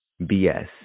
BS